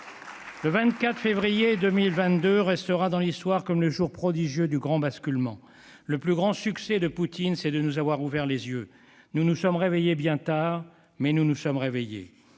Le 24 février 2022 restera dans l'Histoire comme le jour prodigieux du grand basculement. Le plus grand succès de Poutine, c'est de nous avoir ouvert les yeux. Nous nous sommes réveillés bien tard, mais nous nous sommes réveillés